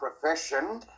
profession